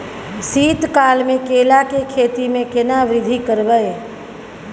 शीत काल मे केला के खेती में केना वृद्धि करबै?